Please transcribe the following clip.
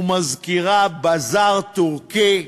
ומזכירה בזאר טורקי.